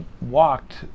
walked